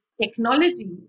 technology